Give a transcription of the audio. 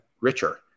richer